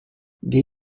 dei